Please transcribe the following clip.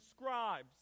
scribes